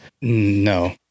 No